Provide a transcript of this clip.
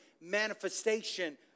manifestation